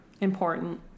Important